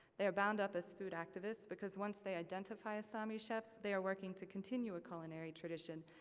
they are bound up as food activists, because once they identify as sami chefs, they are working to continue a culinary tradition,